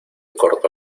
corto